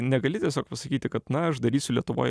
negali tiesiog pasakyti kad na aš darysiu lietuvoj